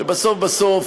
שבסוף בסוף,